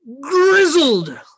grizzled